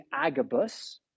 Agabus